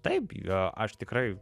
taip aš tikrai